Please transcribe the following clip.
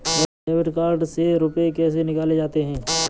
Debit card से रुपये कैसे निकाले जाते हैं?